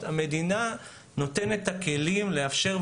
גם התהליך התפעולי הוא קשה